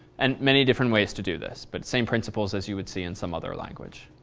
and many different ways to do this but same principles as you would see in some other language.